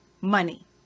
money